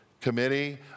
committee